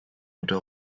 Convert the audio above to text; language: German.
oder